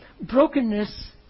brokenness